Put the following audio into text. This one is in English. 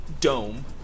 dome